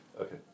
Okay